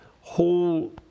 whole